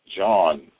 John